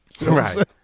Right